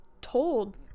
told